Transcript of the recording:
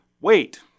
wait